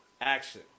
action